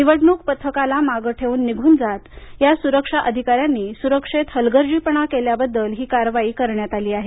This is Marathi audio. निवडणूक पथकाला मागे ठेवून निघून जात या सुरक्षा अधिकाऱ्यांनी सुरक्षेत हलगर्जीपणा केल्याबद्दल ही कारवाई करण्यात आली आहे